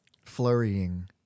Flurrying